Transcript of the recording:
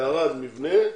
בערד מבנה,